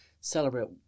celebrate